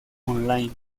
online